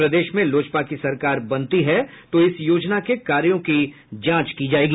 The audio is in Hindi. प्रदेश में लोजपा की सरकार बनती है तो इस योजना के कार्यों की जांच की जायेगी